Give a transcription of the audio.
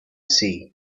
sea